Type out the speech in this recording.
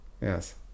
yes